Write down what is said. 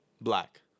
black